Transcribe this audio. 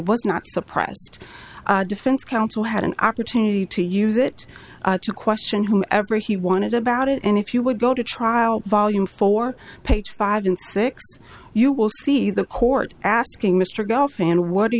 was not suppressed defense counsel had an opportunity to use it to question whom ever he wanted about it and if you would go to trial volume four page five and six you will see the court asking mr golf and what